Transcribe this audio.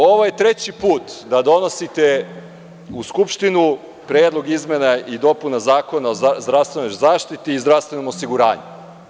Ovo je treći put da donosite u Skupštinu Predlog izmena i dopuna Zakona o zdravstvenoj zaštiti i zdravstvenom osiguranju.